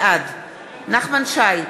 בעד נחמן שי,